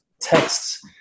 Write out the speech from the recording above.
texts